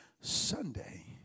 Sunday